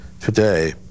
today